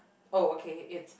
oh okay it's